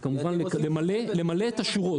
היא כמובן למלא את השורות.